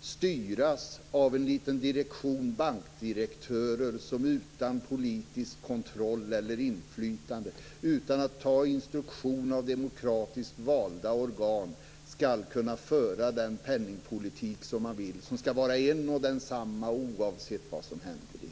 styras av en liten direktion bankdirektörer som utan politisk kontroll eller inflytande, utan att ta instruktion av demokratiskt valda organ, skall kunna föra den penningpolitik de vill, som skall vara en och densamma oavsett vad som händer i